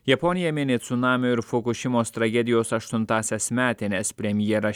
japonija mini cunamio ir fukušimos tragedijos aštuntąsias metines premjeras